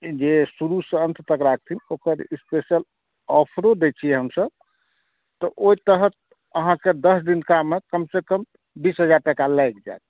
जे शुरुसँ अन्त तक राखथिन ओकर स्पेशल ऑफरो दै छी हमसभ तऽ ओहि तहत अहाँके दस दिनकामे कम से कम बीस हजार टका लागि जाएत